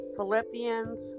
Philippians